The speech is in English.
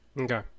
Okay